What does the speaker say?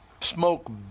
smoke